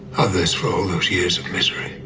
others for all those years of misery.